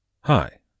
Hi